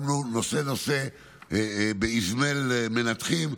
שמנו נושא-נושא באזמל מנתחים,